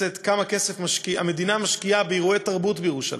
כמה כסף המדינה משקיעה באירועי תרבות בירושלים,